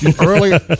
Earlier